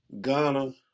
Ghana